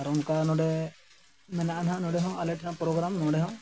ᱟᱨ ᱚᱱᱠᱟ ᱱᱚᱰᱮ ᱢᱮᱱᱟᱜᱼᱟ ᱱᱟᱜ ᱱᱚᱰᱮ ᱦᱚᱸ ᱟᱞᱮ ᱴᱷᱮᱱ ᱯᱨᱳᱜᱨᱟᱢ ᱱᱚᱰᱮ ᱦᱚᱸ